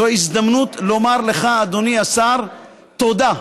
זו הזדמנות לומר לך, אדוני השר, תודה,